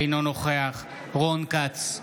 אינו נוכח רון כץ,